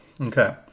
Okay